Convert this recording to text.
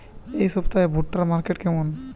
এই সপ্তাহে ভুট্টার মার্কেট কেমন?